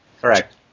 Correct